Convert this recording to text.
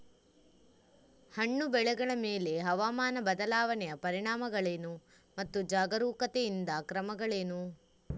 ಹಣ್ಣು ಬೆಳೆಗಳ ಮೇಲೆ ಹವಾಮಾನ ಬದಲಾವಣೆಯ ಪರಿಣಾಮಗಳೇನು ಮತ್ತು ಜಾಗರೂಕತೆಯಿಂದ ಕ್ರಮಗಳೇನು?